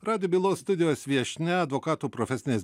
radijo bylos studijos viešnia advokatų profesinės